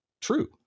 true